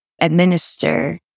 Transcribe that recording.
administer